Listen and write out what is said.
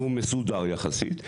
והוא מסודר יחסית,